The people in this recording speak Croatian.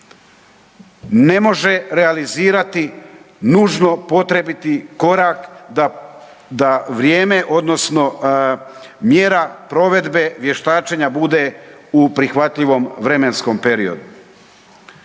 ne može realizirati nužno potrebiti korak da vrijeme odnosno mjera provedbe vještačenja bude u prihvatljivom vremenskom periodu.